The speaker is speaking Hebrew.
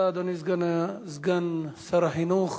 תודה, אדוני סגן שר החינוך.